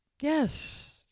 Yes